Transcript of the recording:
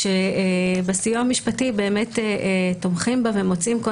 כשבסיוע המשפטי תומכים בה ומוצאים כל